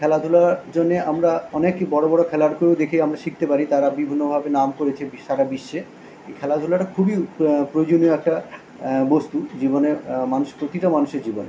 খেলাধুলার জন্যে আমরা অনেকই বড় বড় খেলোয়াড়কেও দেখে আমরা শিখতে পারি তারা বিভিন্নভাবে নাম করেছে বি সারা বিশ্বে এই খেলাধুলাটা খুবই প্রয়োজনীয় একটা বস্তু জীবনে মানুষ প্রতিটা মানুষের জীবনে